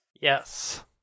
Yes